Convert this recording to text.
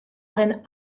reine